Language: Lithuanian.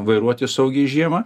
vairuoti saugiai žiemą